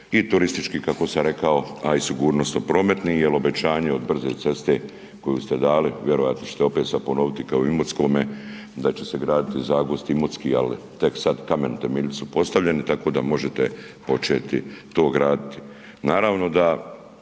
i turistički kako sam rekao, a i sigurnosno prometni jel obećanje od brze ceste koju ste dali, vjerojatno ćete sada opet ponoviti kao i u Imotskome da će se graditi Zagvozd-Imotski, ali tek sada kamen temeljac su postavljeni tako da možete početi to graditi.